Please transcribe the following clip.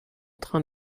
train